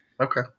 Okay